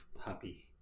happy